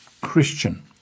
Christian